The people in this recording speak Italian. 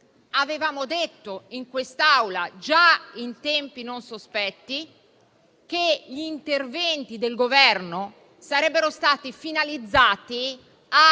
avevamo detto in quest'Aula, già in tempi non sospetti, che gli interventi del Governo sarebbero stati finalizzati a